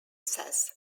says